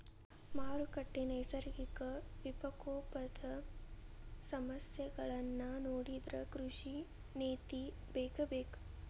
ಮಾರುಕಟ್ಟೆ, ನೈಸರ್ಗಿಕ ವಿಪಕೋಪದ ಸಮಸ್ಯೆಗಳನ್ನಾ ನೊಡಿದ್ರ ಕೃಷಿ ನೇತಿ ಬೇಕಬೇಕ